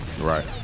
Right